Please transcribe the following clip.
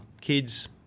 kids